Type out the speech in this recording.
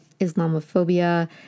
Islamophobia